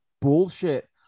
bullshit